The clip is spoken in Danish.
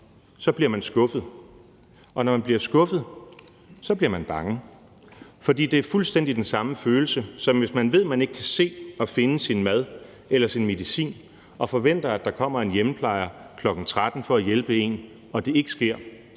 op, bliver man skuffet, og når man bliver skuffet, bliver man bange. Det er fuldstændig den samme følelse, som hvis man ved, at man ikke kan se og derfor ikke kan finde sin mad eller sin medicin, og forventer, at der kommer en hjemmeplejer kl. 13.00 for at hjælpe en, og det ikke sker.